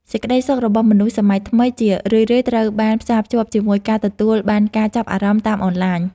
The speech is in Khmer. សេចក្ដីសុខរបស់មនុស្សសម័យថ្មីជារឿយៗត្រូវបានផ្សារភ្ជាប់ជាមួយការទទួលបានការចាប់អារម្មណ៍តាមអនឡាញ។